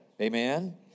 Amen